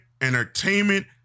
entertainment